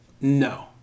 no